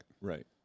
Right